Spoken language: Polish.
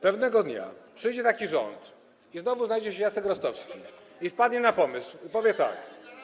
Pewnego dnia przyjdzie taki rząd i znowu znajdzie się Jacek Rostowski, wpadnie na pomysł i powie tak.